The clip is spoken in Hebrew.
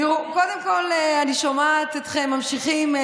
תראו, קודם כול, אני שומעת אתכם ממשיכים.